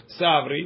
savri